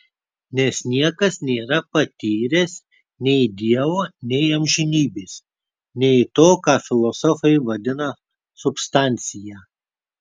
nes niekas nėra patyręs nei dievo nei amžinybės nei to ką filosofai vadina substancija